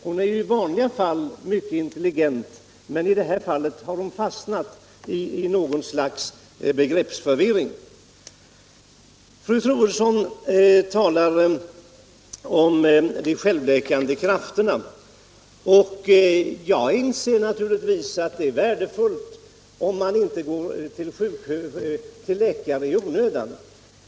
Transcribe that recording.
Hon är ju i vanliga fall mycket intelligent, men i det här fallet har hon fastnat i något slags begreppsförvirring. Fru Troedsson talar om de självläkande krafterna. Jag inser naturligtvis att det är värdefullt om folk inte går till läkare i onödan.